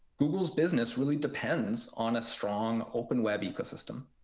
google's business really depends on a strong open web ecosystem.